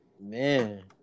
man